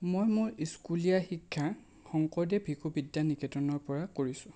মই মোৰ স্কুলীয়া শিক্ষা শংকৰদেৱ শিশু বিদ্যা নিকেতনৰ পৰা কৰিছোঁ